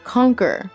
Conquer